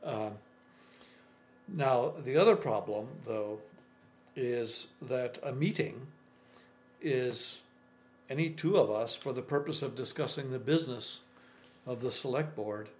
now the other problem though is that a meeting is any two of us for the purpose of discussing the business of the select board